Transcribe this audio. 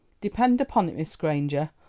depend upon it, miss granger,